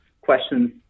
questions